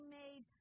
made